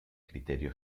criterio